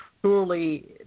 truly